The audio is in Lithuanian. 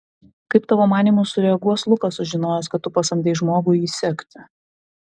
kaip tavo manymu sureaguos lukas sužinojęs kad tu pasamdei žmogų jį sekti